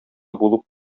булып